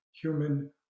human